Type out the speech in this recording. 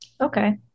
Okay